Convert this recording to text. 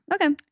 Okay